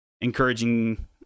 encouraging